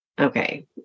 okay